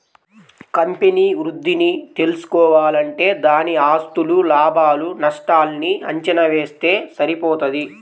company వృద్ధిని తెల్సుకోవాలంటే దాని ఆస్తులు, లాభాలు నష్టాల్ని అంచనా వేస్తె సరిపోతది